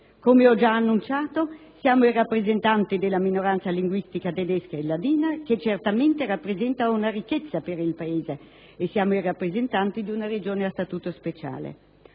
Come ho già annunciato siamo i rappresentanti della minoranza linguistica tedesca e ladina, che certamente rappresenta una ricchezza per il Paese, e siamo i rappresentanti di una Regione a statuto speciale.